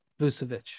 Vucevic